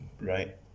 right